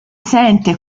sente